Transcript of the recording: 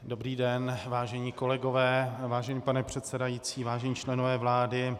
Dobrý den, vážení kolegové, vážený pane předsedající, vážení členové vlády.